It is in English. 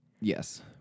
Yes